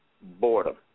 boredom